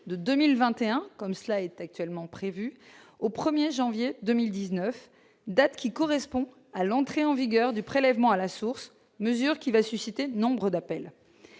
de 2021, comme cela est actuellement prévue au 1er janvier 2019, date qui correspond à l'entrée en vigueur du prélèvement à la source, mesure qui va susciter nombre d'appels